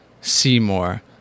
Seymour